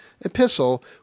epistle